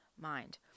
mind